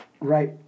right